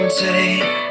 take